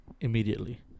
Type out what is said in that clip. immediately